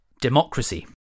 Democracy